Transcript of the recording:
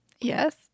Yes